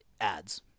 ads